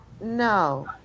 no